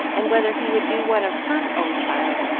and whether he would do one of her own child,